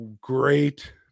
great